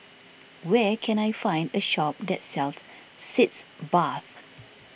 where can I find a shop that sells Sitz Bath